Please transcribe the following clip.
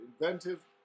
inventive